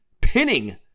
pinning